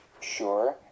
Sure